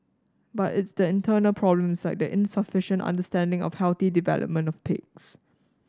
but it's the internal problems like insufficient understanding of healthy development of pigs